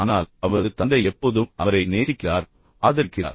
ஆனால் அவரது தந்தை எப்போதும் அவரை நேசிக்கிறார் ஆதரிக்கிறார்